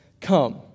come